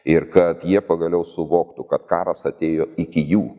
ir kad jie pagaliau suvoktų kad karas atėjo iki jų